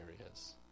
areas